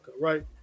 right